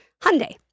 Hyundai